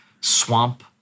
swamp